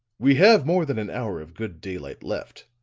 we have more than an hour of good daylight left,